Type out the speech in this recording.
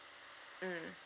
mm